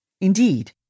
Indeed